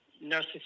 Nurses